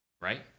Right